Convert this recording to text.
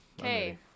Okay